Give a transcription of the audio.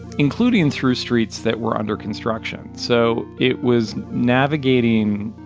including through streets that were under construction. so it was navigating